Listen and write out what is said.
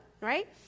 right